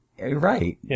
Right